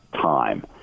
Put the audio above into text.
time